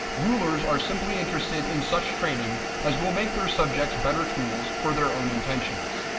rulers are simply interested in such training as will make their subjects better tools for their own intentions.